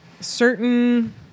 certain